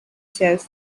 cells